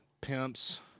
pimps